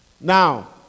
Now